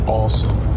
awesome